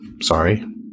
sorry